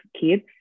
kids